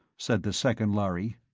said the second lhari.